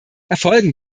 erfolgen